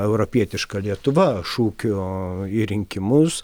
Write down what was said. europietiška lietuva šūkiu į rinkimus